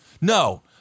No